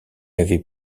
avait